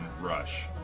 rush